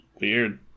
weird